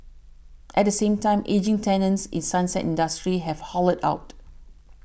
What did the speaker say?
at the same time ageing tenants in sunset industries have hollowed out